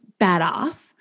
Badass